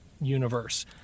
universe